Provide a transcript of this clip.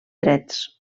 drets